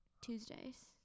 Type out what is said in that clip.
Tuesdays